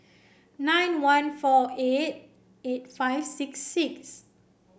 nine one four eight eight five six six